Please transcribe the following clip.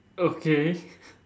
okay